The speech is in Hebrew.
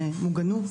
מוגנות.